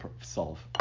solve